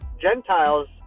Gentiles